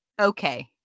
Okay